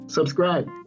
Subscribe